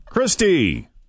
Christy